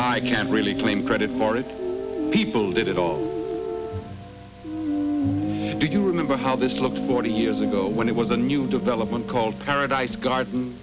i can really claim credit for it people did it all do you remember how this looks forty years ago when it was a new development called paradise garden